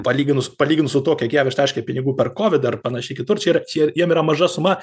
palyginus palyginus su tuo kiek jav ištaškė pinigų per kovidą ar panašiai kitur čia yra čia jiem maža suma